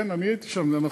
כן, אני הייתי שם, זה נכון,